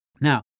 Now